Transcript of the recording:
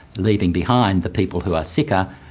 leaving behind the people who are sicker,